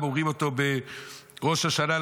אומרים אותו גם בראש השנה.